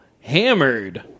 hammered